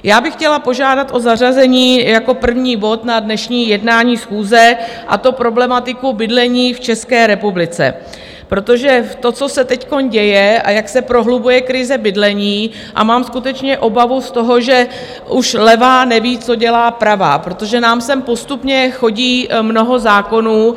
Já bych chtěla požádat o zařazení jako první bod na dnešní jednání schůze, a to problematiku bydlení v České republice, protože to, co se teď děje a jak se prohlubuje krize bydlení, a mám skutečně obavu z toho, že už levá neví, co dělá pravá, protože nám sem postupně chodí mnoho zákonů...